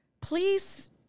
please